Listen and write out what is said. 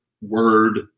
word